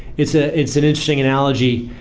it's ah it's an interesting analogy.